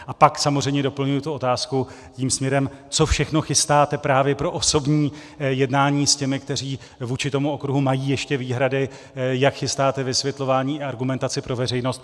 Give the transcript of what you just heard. A pak samozřejmě doplňuji tu otázku tím směrem, co všechno chystáte právě pro osobní jednání s těmi, kteří vůči tomu okruhu mají ještě výhrady, jak chystáte vysvětlování a argumentaci pro veřejnost.